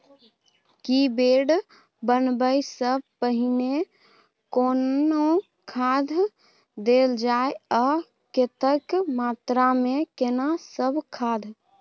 की bed बनबै सॅ पहिने कोनो खाद देल जाय आ कतेक मात्रा मे केना सब खाद?